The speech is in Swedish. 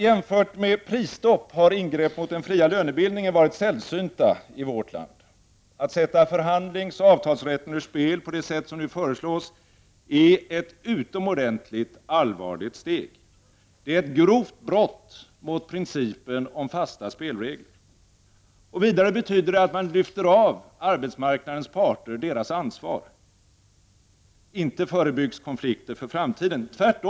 Jämfört med prisstopp har ingrepp mot den fria lönebildningen varit sällsynta i vårt land. Att sätta förhandlingsoch avtalsrätten ur spel på det sätt som nu föreslås är ett utomordentligt allvarligt steg. Det är ett grovt brott mot principen om fasta spelregler. Vidare betyder det att man lyfter av arbetsmarknadens parter deras ansvar. Konflikter för framtiden förebyggs inte.